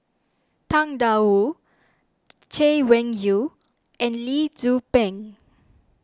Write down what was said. Tang Da Wu Chay Weng Yew and Lee Tzu Pheng